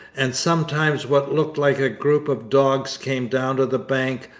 and sometimes what looked like a group of dogs came down to the bank,